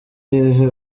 hehe